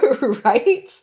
Right